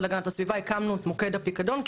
להגנת הסביבה הקמנו את מוקד הפיקדון,